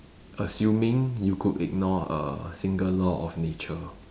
assuming you could ignore a single law of nature